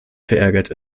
verärgert